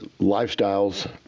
Lifestyles